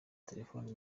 telefoni